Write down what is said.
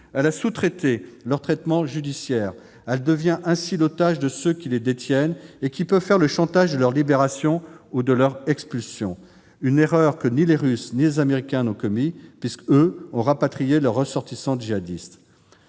elle a sous-traité leur traitement judiciaire, devenant ainsi l'otage de ceux qui les détiennent et qui peuvent faire du chantage à leur libération ou à leur expulsion. C'est une erreur que ni les Russes ni les Américains n'ont commise, puisqu'ils ont, eux, rapatrié leurs ressortissants djihadistes.